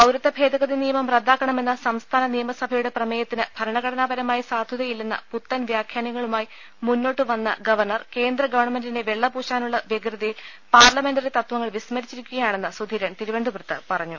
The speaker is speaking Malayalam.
പൌരത്വ ഭേദഗതി നിയമം റദ്ദാക്കണമെന്ന സംസ്ഥാന നിയമസഭയുടെ പ്രമേയത്തിന് ഭരണഘടനാപരമായ സാധുതയില്ലെന്ന പുത്തൻ വ്യാഖ്യാനങ്ങളുമായി മുന്നോട്ട് വന്ന ഗവർണർ കേന്ദ്രഗവൺമെന്റിനെ വെള്ളപൂശാനുള്ള വൃഗ്രതയിൽ പാർലമെന്ററി തത്വങ്ങൾ വിസ് മരിച്ചിരി ക്കുകയാണെന്ന് സുധീരൻ തിരുവനന്തപുരത്ത് പറഞ്ഞു